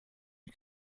you